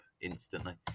instantly